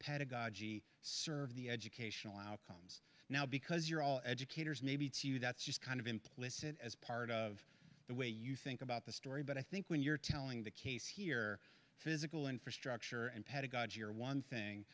pedagog serve the educational outcomes now because you're all educators maybe it's you that's just kind of implicit as part of the way you think about the story but i think when you're telling the case here physical infrastructure and pedagogy are one thing